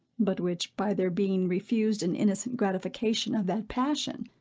but which, by their being refused an innocent gratification of that passion,